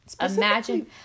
Imagine